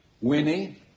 Winnie